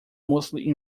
mostly